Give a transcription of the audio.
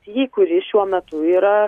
jį kuri šiuo metu yra